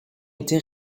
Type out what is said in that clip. été